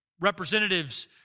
representatives